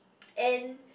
and